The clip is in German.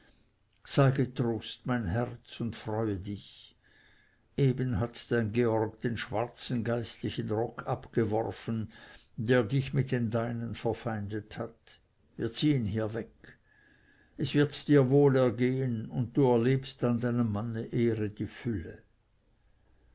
sei getrost mein herz und freue dich eben hat dein georg den schwarzen geistlichen rock abgeworfen der dich mit den deinen verfeindet hat wir ziehn hier weg es wird dir wohl ergehn und du erlebst an deinem manne ehre die fülle